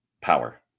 power